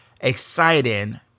exciting